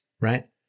right